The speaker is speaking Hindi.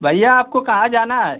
भैया आपको कहाँ जाना है